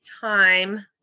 time